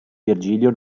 virgilio